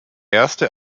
erste